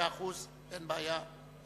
מאה אחוז, אין בעיה.